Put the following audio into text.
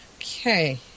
Okay